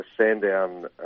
Sandown